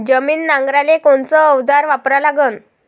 जमीन नांगराले कोनचं अवजार वापरा लागन?